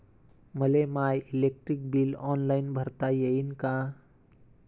मले my electric bill online भरता येईन का?